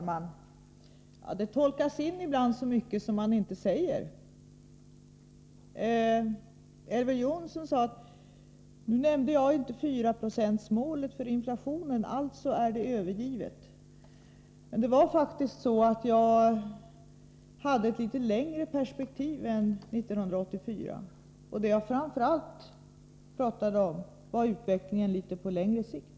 Herr talman! Ibland tolkas många saker in som man inte sagt. Elver Jonsson sade att jag inte nämnt 4-procentsmålet för inflationen. Detta skulle alltså ha övergivits. Jag ser faktiskt dessa frågor i ett litet längre perspektiv. Det gäller inte bara 1984. Vad jag framför allt uppehöll mig vid var utvecklingen på något längre sikt.